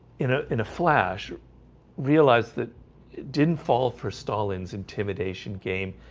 in ah in a flash realized that didn't fall for stalin's intimidation game.